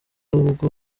ubwo